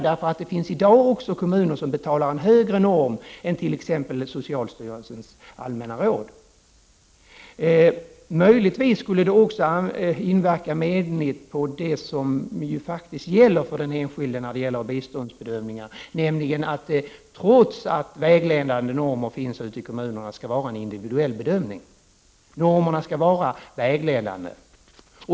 Det finns ju i dag även kommuner som betalar ut en högre norm än t.ex. socialstyrelsens allmänna råd. Möjligtvis skulle det också inverka menligt på det som faktiskt gäller för den enskilde i fråga om biståndsbedömningar, nämligen att det trots att vägledande normer finns ute i kommunerna skall vara en individuell bedömning. Normerna skall vara vägledande.